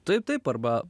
taip taip arba